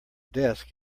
desk